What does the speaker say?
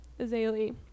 Azalee